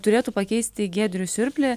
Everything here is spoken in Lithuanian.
turėtų pakeisti giedrių siurplį